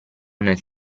nel